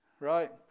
right